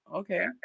okay